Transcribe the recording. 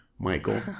Michael